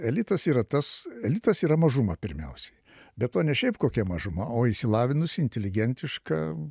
elitas yra tas elitas yra mažuma pirmiausiai be to ne šiaip kokia mažuma o išsilavinusi inteligentiška